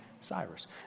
Cyrus